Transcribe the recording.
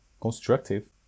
constructive